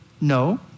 no